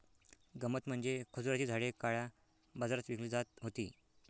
गंमत म्हणजे खजुराची झाडे काळ्या बाजारात विकली जात होती